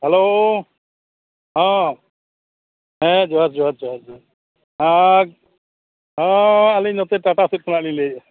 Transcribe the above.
hello ᱦᱮᱸ ᱦᱮᱸ ᱡᱚᱦᱟᱨ ᱡᱚᱦᱟᱨ ᱡᱚᱦᱟᱨ ᱦᱮᱸ ᱦᱮᱸ ᱟᱹᱞᱤᱧ ᱱᱚᱛᱮ ᱴᱟᱴᱟ ᱥᱮᱫ ᱠᱷᱚᱱᱟᱜ ᱞᱤᱧ ᱞᱟᱹᱭᱮᱫᱼᱟ